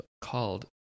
called